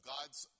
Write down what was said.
God's